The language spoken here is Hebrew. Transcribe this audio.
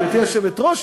גברתי היושבת-ראש,